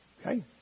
Okay